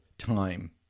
time